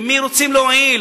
למי רוצים להועיל?